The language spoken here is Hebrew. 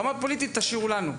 את הרמה הפוליטית תשאירו לנו.